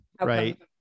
right